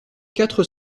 quatre